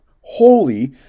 holy